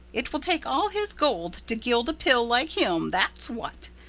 it will take all his gold to gild a pill like him, that's what,